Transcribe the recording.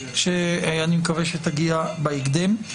שאני מקווה שתגיע בהקדם.